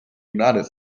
united